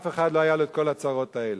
לאף אחד לא היו כל הצרות האלה.